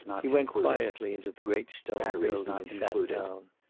he went quietly into the great stone building and sat down.